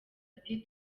ati